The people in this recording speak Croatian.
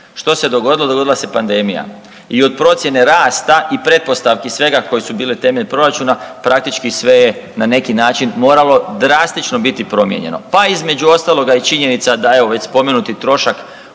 Što se dogodilo? Dogodila se pandemija i od procjene rasta i pretpostavki svega koje su bile temelj proračuna praktički sve je na neki način moralo drastično biti promijenjeno, pa između ostaloga i činjenica da evo već spomenuti trošak